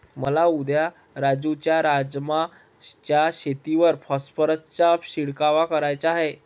मला उद्या राजू च्या राजमा च्या शेतीवर फॉस्फरसचा शिडकाव करायचा आहे